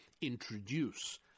introduce